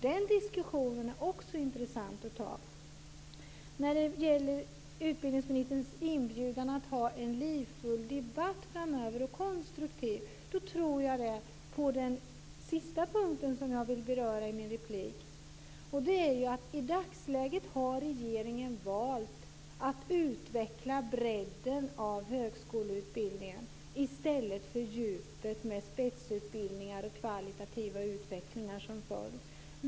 Den diskussionen är också intressant att föra. Utbildningsministern inbjöd till en livfull och konstruktiv debatt framöver. Jag vill därför på den sista punkten som jag tänker beröra i min replik hävda att regeringen i dagsläget har valt att utveckla bredden av högskoleutbildningen i stället för djupet, med spetsutbildningar och kvalitativ utveckling som följd.